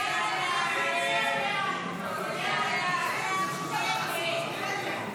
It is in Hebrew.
הסתייגות 25 לא נתקבלה.